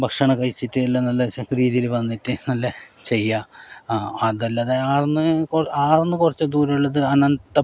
ഭക്ഷണം കഴിച്ചിട്ട് എല്ലാം നല്ല രീതിയിൽ വന്നിട്ട് നല്ല ചെയ്യുക അതല്ലാതെ ആടെന്ന് ആടെന്ന് കുറച്ചു ദൂരെയുള്ളത് അനന്തം